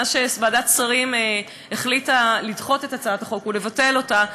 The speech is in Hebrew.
מאז החליטה ועדת שרים לדחות את הצעת החוק ולבטל אותה,